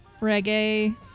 reggae